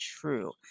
true